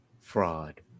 fraud